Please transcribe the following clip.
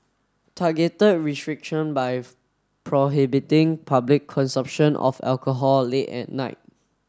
targeted restriction by prohibiting public consumption of alcohol late at night